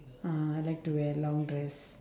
ah I like to wear long dress